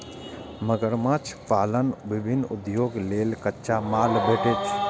मगरमच्छ पालन सं विभिन्न उद्योग लेल कच्चा माल भेटै छै